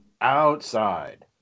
Outside